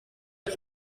ice